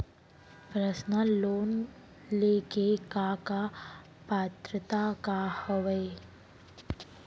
Personal loan ले के का का पात्रता का हवय?